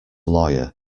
lawyer